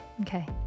okay